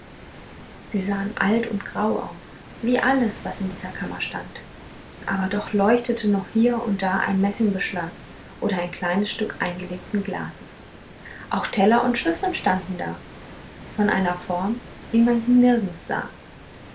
sie sahen alt und grau aus wie alles was in dieser kammer stand aber doch leuchtete noch hier und da ein messingbeschlag oder ein kleines stück eingelegten glases auch teller und schüsseln standen da von einer form wie man sie nirgends sah